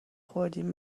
خوردیم